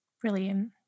Brilliant